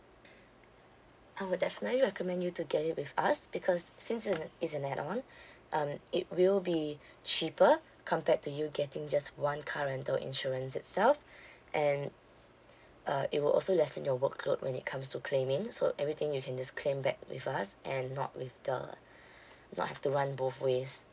I would definitely recommend you to get it with us because since it is an add-on um it will be cheaper compared to you getting just one car rental insurance itself and uh it will also lessen your workload when it comes to claiming so everything you can just claim back with us and not with the not have to run both ways